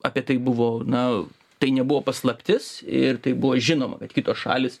apie tai buvo na tai nebuvo paslaptis ir tai buvo žinoma kad kitos šalys